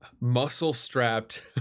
muscle-strapped